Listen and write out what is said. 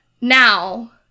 Now